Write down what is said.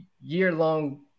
year-long